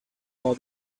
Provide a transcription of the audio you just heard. all